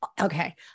Okay